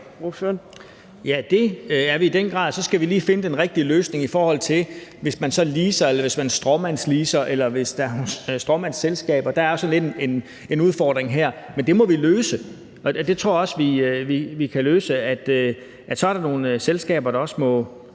Ja, det er vi i den grad. Så skal vi lige finde den rigtige løsning, hvis man så leaser eller stråmandsleaser eller der bruges stråmandsselskaber. Der er sådan lidt en udfordring her, men det må vi løse. Det tror jeg også vi kan. Og så er der nogle selskaber, der også må